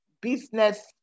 business